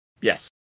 Yes